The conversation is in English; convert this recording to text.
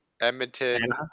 Edmonton